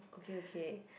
okay okay